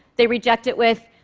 they reject it with,